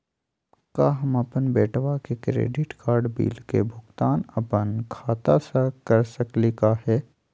का हम अपन बेटवा के क्रेडिट कार्ड बिल के भुगतान अपन खाता स कर सकली का हे?